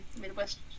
Midwest